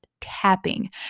tapping